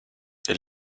elle